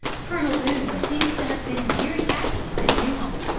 colonel boone seems to have been very happy in his new home.